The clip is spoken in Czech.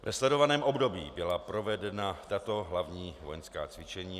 Ve sledovaném období byla provedena tato hlavní vojenská cvičení.